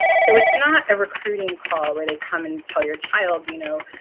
so it's not a recruiting call where they come and tell your child, you know,